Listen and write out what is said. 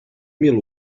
mil